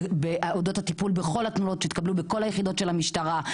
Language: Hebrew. אודות הטיפול בכל התלונות שהתקבלו בכל היחידות של המשטרה?